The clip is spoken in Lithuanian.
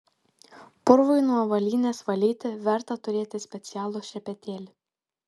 purvui nuo avalynės valyti verta turėti specialų šepetėlį